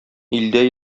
илдә